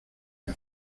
qué